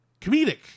comedic